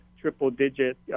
triple-digit